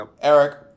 Eric